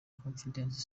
confidence